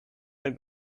del